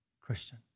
Christian